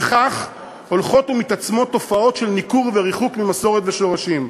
וכך הולכות ומתעצמות תופעות של ניכור וריחוק ממסורת ושורשים.